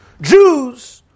Jews